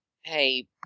Hey